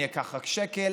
אני אקח רק שקל,